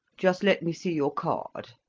just let me see your card.